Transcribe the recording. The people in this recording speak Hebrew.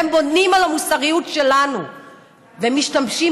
הם בונים על המוסריות שלנו והם משתמשים